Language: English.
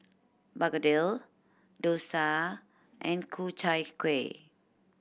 begedil dosa and Ku Chai Kuih